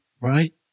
right